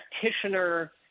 practitioner